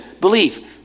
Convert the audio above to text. Believe